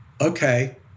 okay